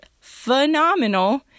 phenomenal